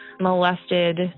molested